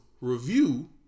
review